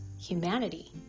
humanity